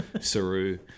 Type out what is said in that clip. Saru